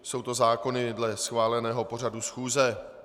Jsou to zákony dle schváleného pořadu schůze.